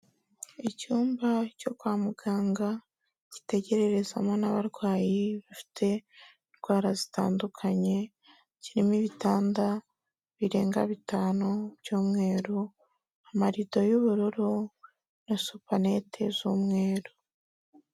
Icyumba cyo kwa muganga gitegererezamo n'abarwayi bafite indwara zitandukanye, kirimo ibitanda birenga bitanu by'umweru, amarido y'ubururu na supanete z'umweru.